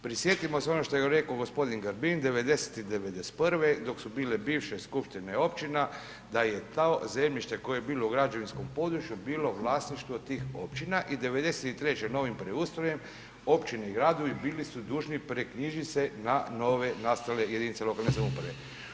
Prisjetimo se ono što je rekao g. Grbin, '90., i '91. i dok su bile bivše skupštine općina da je to zemljište koje je bilo u građevinskom području, bilo vlasništvo tih općina i '93. novim preustrojem općine i gradovi bili su dužni preknjižit se na nove nastale jedinice lokalne samouprave.